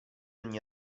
ogni